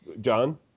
John